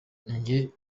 njye